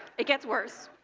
it gets worse!